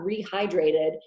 rehydrated